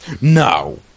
no